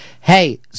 Hey